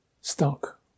stuck